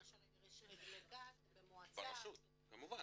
למשל לגן זה במועצה --- ברשות, כמובן.